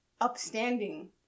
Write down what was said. upstanding